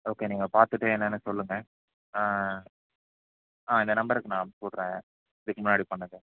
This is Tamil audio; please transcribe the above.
ஓகே நீங்கள் பார்த்துட்டு என்னன்னு சொல்லுங்கள் இந்த நம்பருக்கு நான் போடுகிறேன் இதுக்கு முன்னாடி பண்ணதை